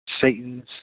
Satan's